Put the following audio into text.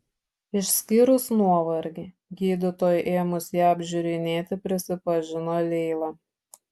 išskyrus nuovargį gydytojui ėmus ją apžiūrinėti prisipažino leila